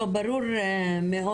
ברור מאוד